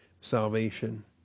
salvation